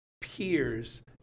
peers